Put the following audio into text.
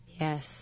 Yes